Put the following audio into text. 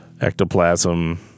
Ectoplasm